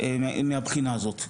מהבחינה הזאת.